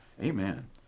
amen